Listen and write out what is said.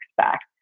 expect